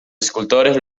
escultores